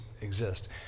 exist